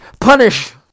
punish